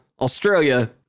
Australia